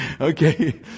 okay